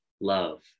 love